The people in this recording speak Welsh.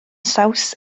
saws